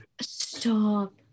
Stop